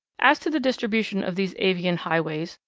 as to the distribution of these avian highways,